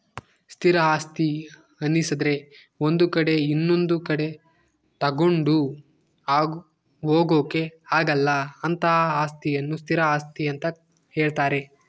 ಸ್ಥಿರ ಆಸ್ತಿ ಅನ್ನಿಸದ್ರೆ ಒಂದು ಕಡೆ ಇನೊಂದು ಕಡೆ ತಗೊಂಡು ಹೋಗೋಕೆ ಆಗಲ್ಲ ಅಂತಹ ಅಸ್ತಿಯನ್ನು ಸ್ಥಿರ ಆಸ್ತಿ ಅಂತ ಹೇಳ್ತಾರೆ